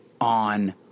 on